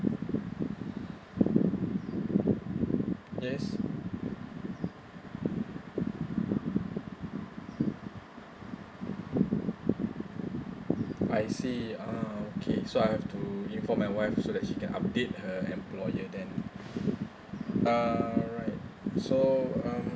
yes I see ah okay so I have to inform my wife so that she can update her employer then uh alright so um